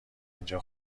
اینجا